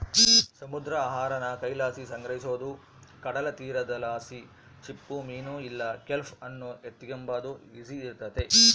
ಸಮುದ್ರ ಆಹಾರಾನ ಕೈಲಾಸಿ ಸಂಗ್ರಹಿಸೋದು ಕಡಲತೀರದಲಾಸಿ ಚಿಪ್ಪುಮೀನು ಇಲ್ಲ ಕೆಲ್ಪ್ ಅನ್ನು ಎತಿಗೆಂಬಾದು ಈಸಿ ಇರ್ತತೆ